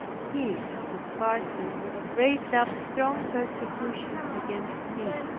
he and his party raised up strong persecutions against me.